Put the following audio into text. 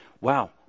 wow